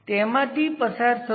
IL માટે હું કેવી રીતે હલ કરીશ